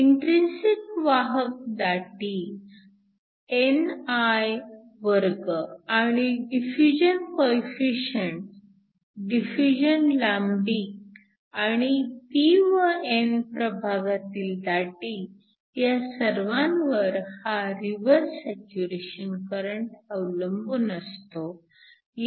intrinsic वाहक दाटी ni2 आणि डिफ्युजन कोइफिशिअंटस डिफ्युजन लांबी आणि p व n प्रभागांतील दाटी ह्या सर्वांवर हा रिवर्स सॅच्युरेशन करंट अवलंबून असतो